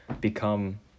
become